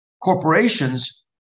Corporations